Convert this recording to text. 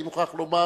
אני מוכרח לומר,